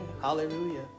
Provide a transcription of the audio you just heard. Hallelujah